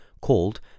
called